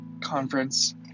conference